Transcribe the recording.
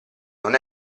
non